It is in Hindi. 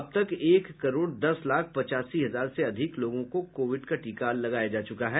अब तक एक करोड़ दस लाख पचासी हजार से अधिक लोगों को कोविड का टीका लगाया जा चुका है